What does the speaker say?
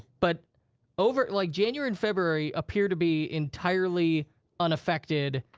but over, like january and february appear to be entirely unaffected,